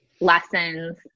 lessons